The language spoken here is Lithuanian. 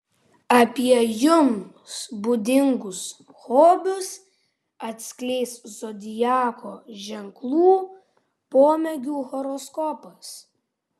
apie jums būdingus hobius atskleis zodiako ženklų pomėgių horoskopas